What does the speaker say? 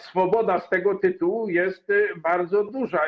Swoboda z tego tytułu jest więc bardzo duża.